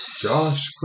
Josh